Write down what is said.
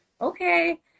okay